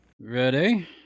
ready